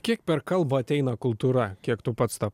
kiek per kalbą ateina kultūra kiek tu pats ta